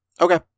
Okay